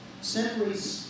simply